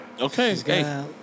Okay